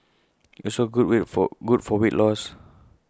it's also good read for good for weight loss